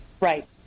Right